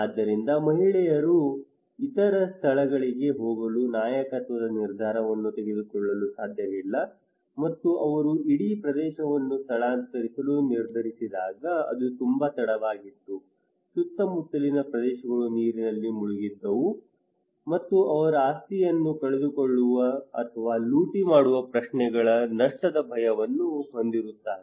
ಆದ್ದರಿಂದ ಮಹಿಳೆಯು ಇತರ ಸ್ಥಳಗಳಿಗೆ ಹೋಗಲು ನಾಯಕತ್ವದ ನಿರ್ಧಾರವನ್ನು ತೆಗೆದುಕೊಳ್ಳಲು ಸಾಧ್ಯವಿಲ್ಲ ಅಥವಾ ಅವರು ಇಡೀ ಪ್ರದೇಶವನ್ನು ಸ್ಥಳಾಂತರಿಸಲು ನಿರ್ಧರಿಸಿದಾಗ ಅದು ತುಂಬಾ ತಡವಾಗಿತ್ತು ಸುತ್ತಮುತ್ತಲಿನ ಪ್ರದೇಶಗಳು ನೀರಿನಿಂದ ಮುಳುಗಿದವು ಮತ್ತು ಅವರು ಆಸ್ತಿಯನ್ನು ಕಳೆದುಕೊಳ್ಳುವ ಅಥವಾ ಲೂಟಿ ಮಾಡುವ ಪ್ರಶ್ನೆಗಳ ನಷ್ಟದ ಭಯವನ್ನು ಹೊಂದಿರುತ್ತಾರೆ